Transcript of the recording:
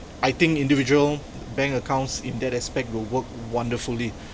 I think individual bank accounts in that aspect will work wonderfully